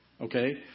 okay